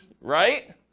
right